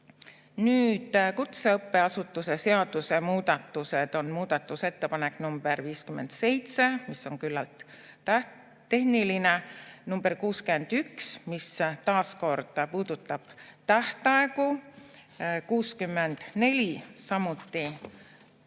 Nüüd, kutseõppeasutuse seaduse muudatused on muudatusettepanek nr 57, mis on küllalt tehniline, nr 61, mis taas kord puudutab tähtaegu, nr 64, samuti